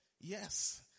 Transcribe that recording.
Yes